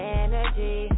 energy